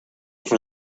for